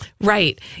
Right